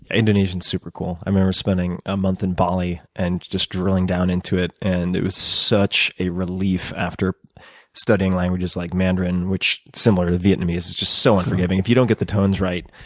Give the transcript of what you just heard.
indonesian's super cool. i remember spending a month in bali and just drilling down into it. and it was such a relief after studying languages like mandarin, which, similar to vietnamese, is just so unforgiving. if you don't get the tones right,